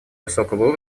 высокого